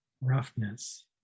Roughness